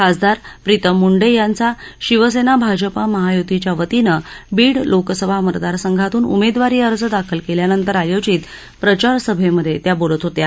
खासदार प्रीतम मुंडे यांचा शिवसेना भाजपा महायुतीच्या वतीनं बीड लोकसभा मतदारसंघातून उमेदवारी अर्ज दाखल केल्यानंतर आयोजित प्रचारसभेमध्ये त्या बोलत होत्या